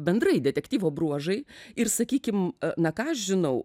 bendrai detektyvo bruožai ir sakykim na ką aš žinau